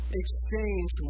exchange